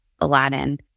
Aladdin